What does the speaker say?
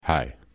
Hi